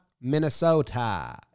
minnesota